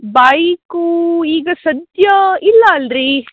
bike ಈಗ ಸಧ್ಯ ಇಲ್ಲ ಅಲ್ಲ ರೀ